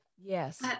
Yes